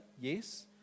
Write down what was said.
Yes